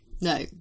No